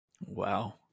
Wow